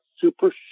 super